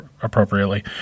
appropriately